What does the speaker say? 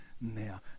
now